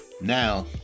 now